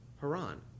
Haran